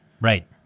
Right